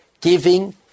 Giving